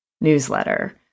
newsletter